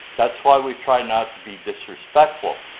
that's why we try not to be disrespectful